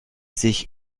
sich